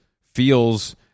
feels